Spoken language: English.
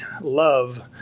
love